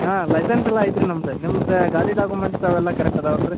ಹಾಂ ಲೈಸೆನ್ಸ್ ಎಲ್ಲ ಐತೆ ರೀ ನಮ್ದು ನಿಮ್ದು ಗಾಡಿ ಡಾಕ್ಯುಮೆಂಟ್ಸ್ ಅವೆಲ್ಲ ಕರೆಕ್ಟ್ ಅದಾವಲ್ಲ ರೀ